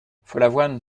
follavoine